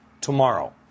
tomorrow